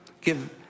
give